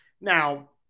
now